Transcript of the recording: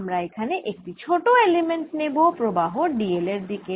আমরা এখানে একটি ছোট এলিমেন্ট নেব প্রবাহ d l এর দিকে